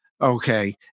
Okay